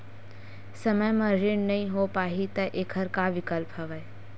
समय म ऋण नइ हो पाहि त एखर का विकल्प हवय?